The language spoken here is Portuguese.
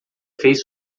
fez